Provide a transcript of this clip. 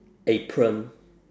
apron